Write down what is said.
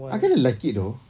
I kinda like it though